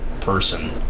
person